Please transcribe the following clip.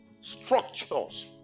structures